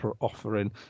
offering